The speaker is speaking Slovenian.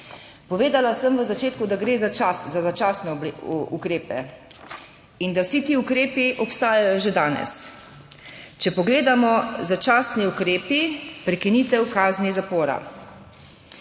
Povedala sem v začetku, da gre za čas za začasne ukrepe in da vsi ti ukrepi obstajajo že danes. Če pogledamo, začasni ukrepi, prekinitev kazni zapora.